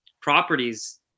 properties